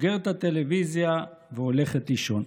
סוגרת את הטלוויזיה והולכת לישון.